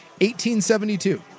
1872